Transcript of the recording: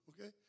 okay